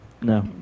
No